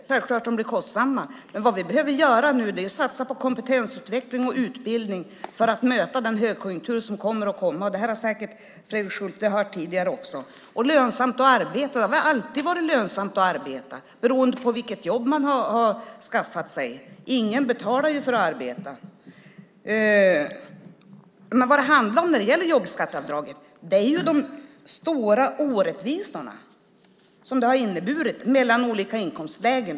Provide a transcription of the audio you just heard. Herr talman! Självklart blir de kostsamma. Vad vi behöver göra nu är att satsa på kompetensutveckling och utbildning för att möta den högkonjunktur som kommer att komma. Det har säkert Fredrik Schulte hört tidigare. Det har alltid varit lönsamt att arbeta beroende på vilket jobb man har. Ingen betalar ju för att arbeta. I fråga om jobbskatteavdraget handlar det om de stora orättvisor som det har inneburit för olika inkomstlägen.